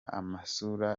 amasura